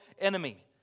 enemy